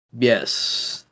yes